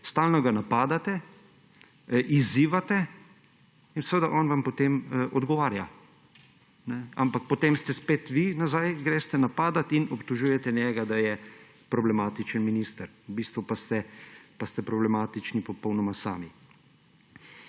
Stalno ga napadate, izzivate in seveda on vam potem odgovarja. Ampak potem spet vi nazaj napadate in obtožujete njega, da je problematičen minister, v bistvu pa ste problematični popolnoma sami.